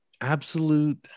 absolute